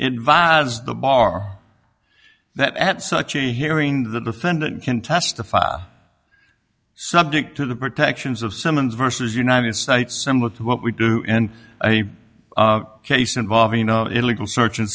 it vives the bar that at such a hearing the defendant can testify are subject to the protections of summons versus united states similar to what we do in a case involving you know illegal search and